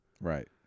Right